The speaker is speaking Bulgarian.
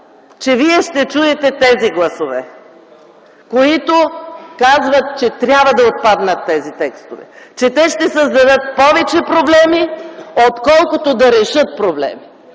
че вие ще чуете тези гласове, които казват, че тези текстове трябва да отпаднат, че те ще създадат повече проблеми, отколкото да решат проблеми.